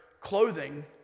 clothing